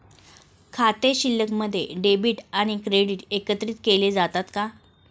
खाते शिल्लकमध्ये डेबिट आणि क्रेडिट एकत्रित केले जातात का?